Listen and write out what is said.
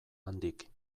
handik